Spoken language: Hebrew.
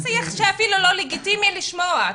הוא שיח שאפילו לא לגיטימי לשמוע.